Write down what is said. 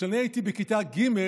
וכשאני הייתי בכיתה ג',